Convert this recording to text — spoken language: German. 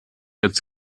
jetzt